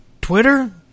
Twitter